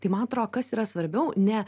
tai man atrodo kas yra svarbiau ne